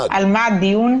על מה הדיון?